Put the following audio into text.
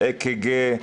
אק"ג,